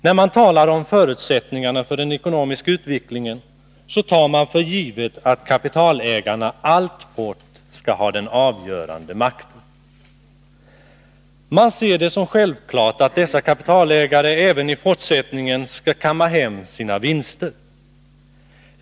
När man talar om förutsättningarna för den ekonomiska utvecklingen, så tar man för givet att kapitalägarna alltfort skall ha den avgörande makten. Man ser det som självklart att dessa kapitalägare även i fortsättningen skall kamma hem sina vinster.